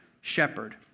shepherd